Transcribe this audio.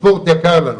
הספורט יקר לנו.